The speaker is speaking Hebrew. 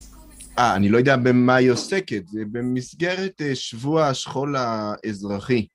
אה, אני לא יודע במה היא עוסקת, זה במסגרת שבוע השכול האזרחי.